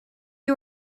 you